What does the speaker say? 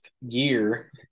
year